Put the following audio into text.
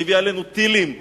שהביא עלינו טילים,